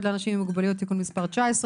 לאנשים עם מוגבלות (תיקון מס' 19),